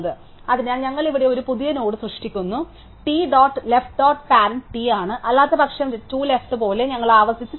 അതിനാൽ ഞങ്ങൾ ഇവിടെ ഒരു പുതിയ നോഡ് സൃഷ്ടിക്കുന്നു അതിനാൽ t dot left dot parent t ആണ് അല്ലാത്തപക്ഷം 2 ലെഫ്റ് പോലെ ഞങ്ങൾ ആവർത്തിച്ച് ചേർക്കുന്നു